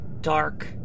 dark